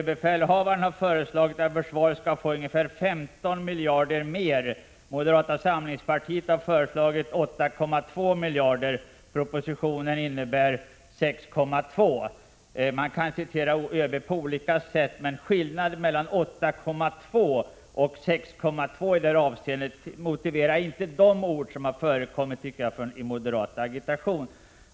Herr talman! ÖB har föreslagit att försvaret skall få ungefär 15 miljarder över den s.k. grundnivån. Moderata samlingspartiet har föreslagit 8,7 miljarder, propositionen innebär 6,2 miljarder. Man kan citera ÖB på olika sätt, men skillnaden mellan 8,7 och 6,2 miljarder i detta avseende tycker jag inte motiverar de ord som har förekommit i moderat agitation.